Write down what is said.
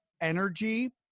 energy